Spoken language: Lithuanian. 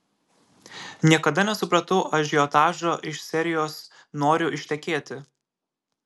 niekada nesupratau ažiotažo iš serijos noriu ištekėti